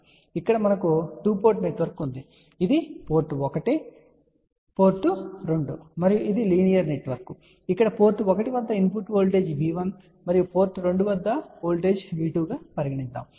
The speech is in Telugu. కాబట్టి ఇక్కడ మనకు టు పోర్ట్ నెట్వర్క్ ఉంది కాబట్టి ఇది పోర్ట్ 1 పోర్ట్ 2 మరియు ఇది లీనియర్ నెట్వర్క్ మరియు ఇక్కడ పోర్ట్ 1 వద్ద ఇన్పుట్ వోల్టేజ్ V1 మరియు పోర్ట్ 2 వోల్టేజ్ V2 గా పరిగణించండి